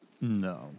no